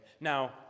Now